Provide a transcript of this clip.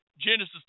Genesis